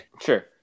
Sure